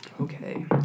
Okay